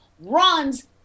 runs